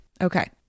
okay